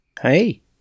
Hey